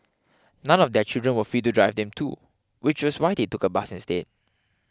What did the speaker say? none of their children were free to drive them too which was why they took a bus instead